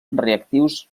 reactius